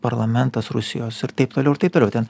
parlamentas rusijos ir taip toliau ir taip toliau ten